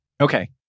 Okay